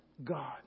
God